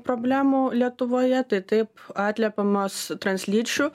problemų lietuvoje tai taip atliepiamos translyčių